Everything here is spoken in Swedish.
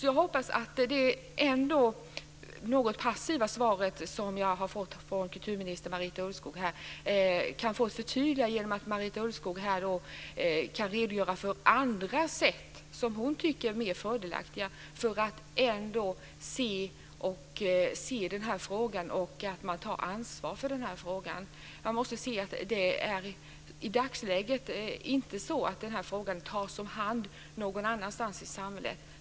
Jag hoppas att jag, trots det ändå något passiva svar som jag har fått från kulturminister Marita Ulvskog, kan få ett förtydligande genom att Marita Ulvskog här kan redogöra för andra sätt som hon tycker är mer fördelaktiga, för att se att man tar ansvar för den här frågan. Det är i dagsläget inte så att den här frågan tas om hand någon annanstans i samhället.